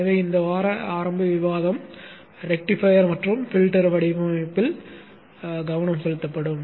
எனவே இந்த வார ஆரம்ப விவாதத்தில் ரெக்டிஃபையர் மற்றும் பில்டர் வடிவமைப்பில் கவனம் செலுத்தப்படும்